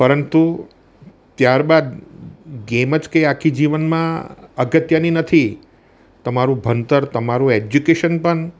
પરંતુ ત્યાર બાદ ગેમ જ કંઈ આખી જીવનમાં અગત્યની નથી તમારું ભણતર તમારું એજ્યુકેશન પણ